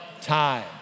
time